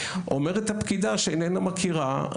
אומרת הפקידה שאיננה מכירה,